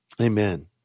Amen